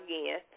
again